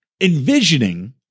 envisioning